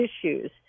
issues